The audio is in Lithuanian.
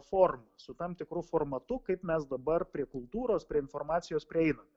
forma su tam tikru formatu kaip mes dabar prie kultūros prie informacijos prieinam